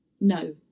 No